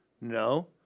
No